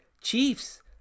Chiefs